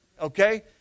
okay